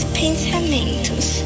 pensamentos